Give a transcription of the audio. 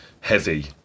heavy